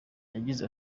yagize